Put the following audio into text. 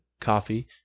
coffee